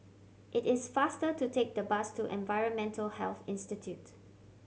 it is faster to take the bus to Environmental Health Institute